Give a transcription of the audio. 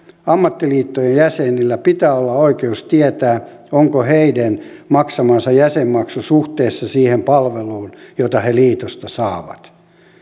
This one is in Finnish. ammattiliittojen jäsenillä pitää olla oikeus tietää onko heidän maksamansa jäsenmaksu suhteessa siihen palveluun jota he liitosta saavat